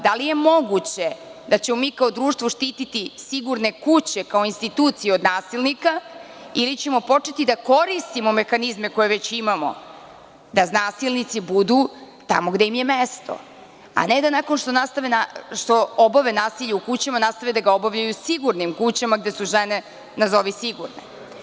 Da li je moguće da ćemo mi kao društvo štiti sigurne kuće kao institucije od nasilnika ili ćemo početi da koristimo mehanizme koje već imamo, da nasilnici budu tamo gde im je mesto, a da ne pošto obave nasilje u kućama nastavljaju da ga obavljaju u sigurnim kućama gde su žene nazovi sigurne.